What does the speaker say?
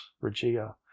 regia